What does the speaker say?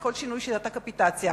את כל שינוי שיטת הקפיטציה.